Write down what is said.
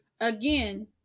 again